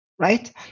Right